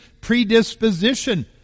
predisposition